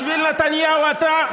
בשביל נתניהו אתה,